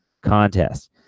contest